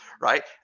right